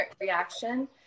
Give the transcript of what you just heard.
reaction